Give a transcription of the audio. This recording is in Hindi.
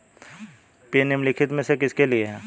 पिन निम्नलिखित में से किसके लिए है?